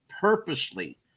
purposely